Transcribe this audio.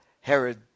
Herod